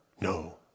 No